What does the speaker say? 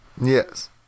Yes